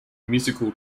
musical